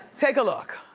take a look.